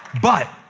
but,